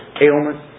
ailment